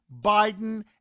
Biden